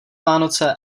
vánoce